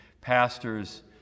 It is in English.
pastor's